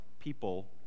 people